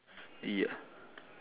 ya